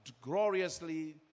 gloriously